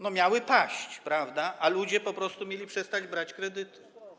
No, miały paść, a ludzie po prostu mieli przestać brać kredyty.